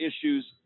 issues